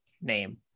name